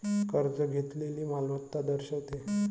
कर्ज घेतलेली मालमत्ता दर्शवते